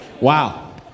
Wow